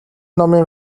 номын